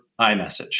iMessage